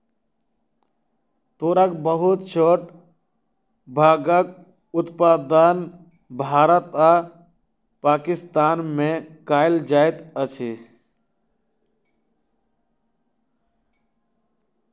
तूरक बहुत छोट भागक उत्पादन भारत आ पाकिस्तान में कएल जाइत अछि